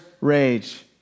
rage